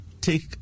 take